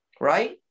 right